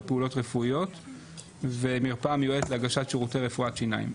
פעולות רפואיות; מרפאה המיועדת להגשת שירותי רפואת שיניים.